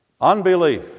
Unbelief